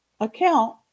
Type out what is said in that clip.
account